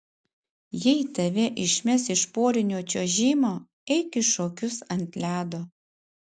jei tave išmes iš porinio čiuožimo eik į šokius ant ledo